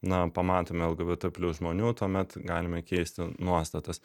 na pamatome lgbt plius žmonių tuomet galime keisti nuostatas